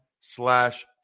slash